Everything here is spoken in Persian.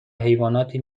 حیواناتی